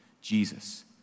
Jesus